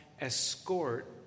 escort